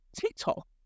TikTok